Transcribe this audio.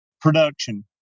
production